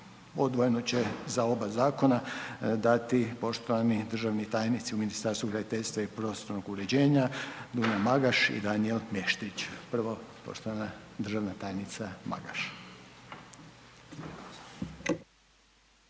odvojeno će za oba zakona dati poštovani državni tajnici u Ministarstvu graditeljstva i prostornog uređenja Dunja Magaš i Danijel Meštrić. Prvo poštovana državna tajnica Magaš.